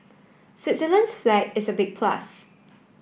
Switzerland's flag is a big plus